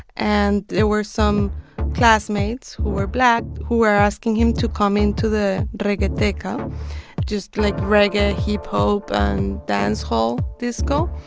and there were some classmates who were black who were asking him to come into the reggeteca just like reggae, hip-hop and dancehall disco.